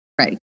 Right